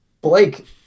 Blake